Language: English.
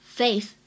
faith